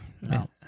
No